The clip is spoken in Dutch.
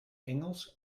engels